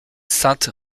sainte